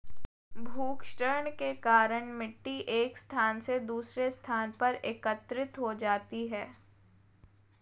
भूक्षरण के कारण मिटटी एक स्थान से दूसरे स्थान पर एकत्रित हो जाती है